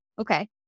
Okay